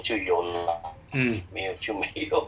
mm